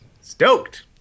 Stoked